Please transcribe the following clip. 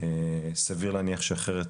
שסביר להניח, שאחרת